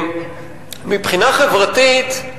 מבחינה חברתית,